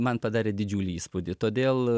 man padarė didžiulį įspūdį todėl